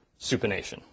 supination